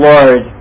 Lord